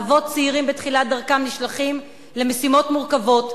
אבות צעירים בתחילת דרכם נשלחים למשימות מורכבות.